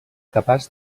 capaç